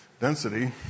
density